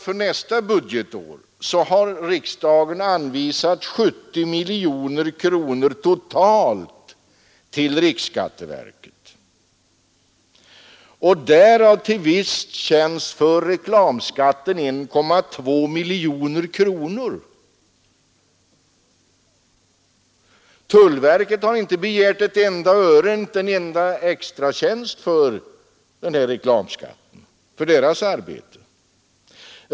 För nästa budgetår har riksdagen anvisat 70 miljoner kronor till riksskatteverket, därav till vissa tjänster avsedda för reklamskatten 1,2 miljoner kronor. Tullverket har inte begärt ett enda öre, inte en enda extra tjänst, för sitt arbete med reklamskatten.